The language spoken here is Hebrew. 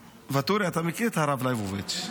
ואטורי, אתה מכיר את הרב לייבוביץ'?